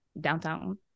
downtown